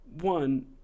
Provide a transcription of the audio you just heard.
one